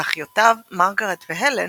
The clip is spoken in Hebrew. ואחיותיו מרגרט והלן,